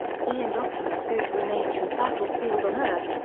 he and optimus go to an ancient battlefield on earth,